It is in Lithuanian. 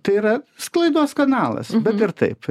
tai yra sklaidos kanalas bet ir taip